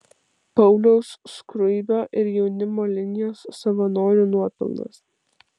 pauliaus skruibio ir jaunimo linijos savanorių nuopelnas